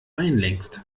einlenkst